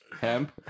Hemp